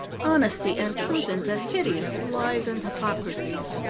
honesty and truth into hideous lies and hypocrisies.